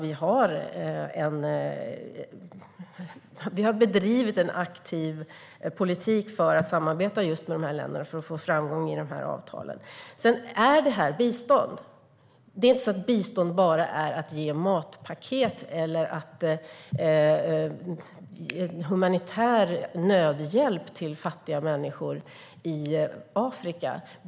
Vi har bedrivit en aktiv politik för att samarbeta med just de här länderna för att nå framgång i de här avtalen. Sedan är detta bistånd. Bistånd är inte bara att ge matpaket eller humanitär nödhjälp till fattiga människor i Afrika.